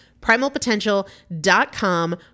Primalpotential.com